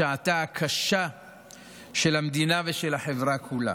בשעתן הקשה של המדינה ושל החברה כולה.